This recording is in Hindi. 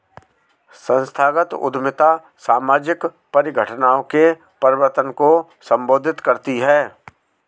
संस्थागत उद्यमिता सामाजिक परिघटनाओं के परिवर्तन को संबोधित करती है